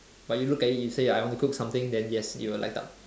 but you look at it it say I want to cook something then yes it will light up